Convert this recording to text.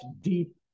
deep